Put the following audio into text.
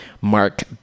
Mark